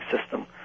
system